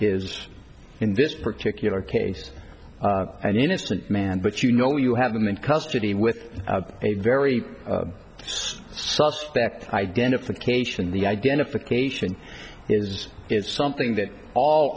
is in this particular case an innocent man but you know you have them in custody with a very suspect identification the identification is is something that all